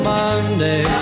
Monday